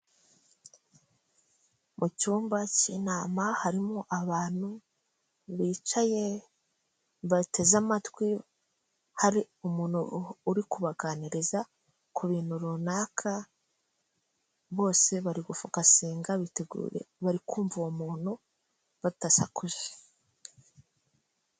Mu cyumba cy'inama, harimo abantu bicaye, bateze amatwi, hari umuntu uri kubaganiriza ku bintu runaka, bose bari gufokasinga, bari kumva uwo muntu badasakuje.